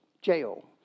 jail